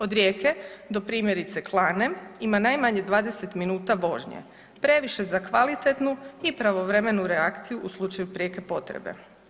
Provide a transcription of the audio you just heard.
Od Rijeke do primjerice Klane ima najmanje 20 minuta vožnje, previše za kvalitetnu i pravovremenu reakciju u slučaju prijeke potrebe.